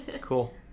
Cool